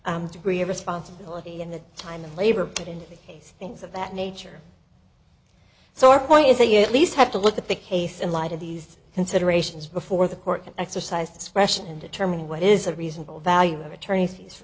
case degree of responsibility and the time of labor but in the case things of that nature so our point is that you at least have to look at the case in light of these considerations before the court can exercise discretion in determining what is a reasonable value of attorney